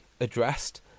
addressed